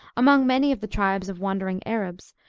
among many of the tribes of wandering arabs,